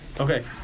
Okay